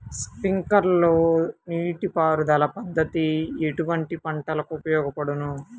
Sprinkler నీటిపారుదల పద్దతి ఎటువంటి పంటలకు ఉపయోగపడును?